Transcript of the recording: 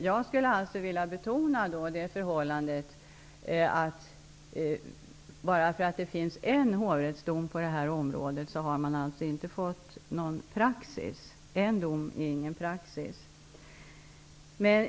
Jag vill betona förhållandet att man inte har fått någon praxis bara för att det finns en hovrättsdom på det här området. En dom är ingen praxis.